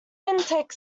intake